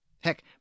Heck